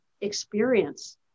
experience